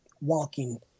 walking